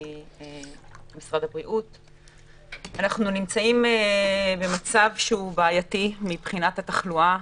אנחנו נמצאים במצב שהוא בעייתי מבחינת התחלואה.